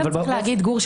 צריך להגיד גור,